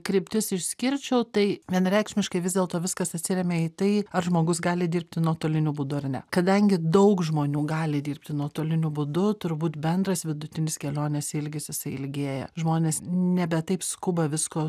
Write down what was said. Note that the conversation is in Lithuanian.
kryptis išskirčiau tai vienareikšmiškai vis dėlto viskas atsiremia į tai ar žmogus gali dirbti nuotoliniu būdu ar ne kadangi daug žmonių gali dirbti nuotoliniu būdu turbūt bendras vidutinis kelionės ilgis jisai ilgėja žmonės nebe taip skuba visko